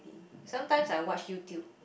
sometimes I watch YouTube